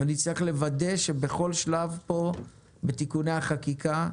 נצטרך לוודא שבתיקוני החקיקה